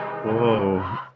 Whoa